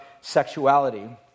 sexuality